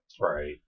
Right